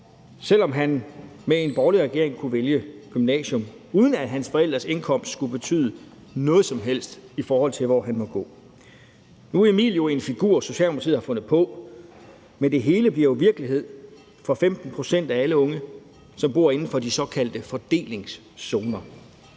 selv om han med en borgerlig regering kunne vælge gymnasium, uden at hans forældres indkomst skulle betyde noget som helst, i forhold til hvor han måtte gå. Nu er Emil en figur, Socialdemokratiet har fundet på, men det hele bliver jo virkelighed for 15 pct. af alle unge, som bor inden for de såkaldte fordelingszoner.